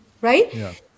Right